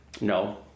No